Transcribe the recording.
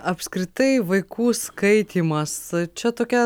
apskritai vaikų skaitymas čia tokia